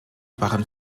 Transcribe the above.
waren